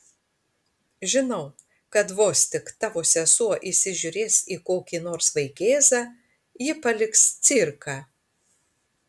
žinau kad vos tik tavo sesuo įsižiūrės į kokį nors vaikėzą ji paliks cirką